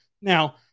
now